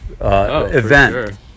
event